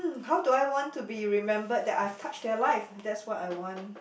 how do I want to be remembered that I've touched their life that's what I want